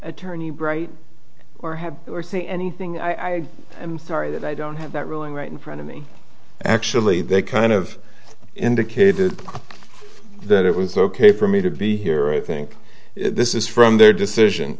attorney bright or have or say anything i am sorry that i don't have that ruling right in front of me actually they kind of indicated that it was ok for me to be here i think this is from their decision